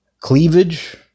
cleavage